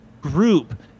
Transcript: group